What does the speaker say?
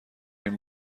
این